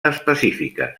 específiques